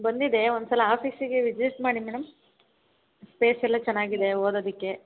ಬಂದಿದೆ ಒಂದು ಸಲ ಆಫೀಸಿಗೆ ವಿಸಿಟ್ ಮಾಡಿ ಮೇಡಮ್ ಸ್ಪೇಸ್ ಎಲ್ಲ ಚೆನ್ನಾಗಿದೆ ಓದೋದಕ್ಕೆ